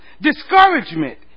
Discouragement